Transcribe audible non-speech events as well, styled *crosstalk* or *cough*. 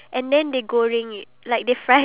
ya for real *noise*